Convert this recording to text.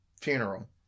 funeral